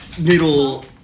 little